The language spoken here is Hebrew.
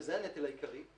זה הנטל העיקרי,